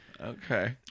Okay